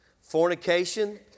fornication